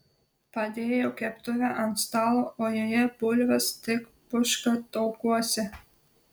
padėjo keptuvę ant stalo o joje bulvės tik puška taukuose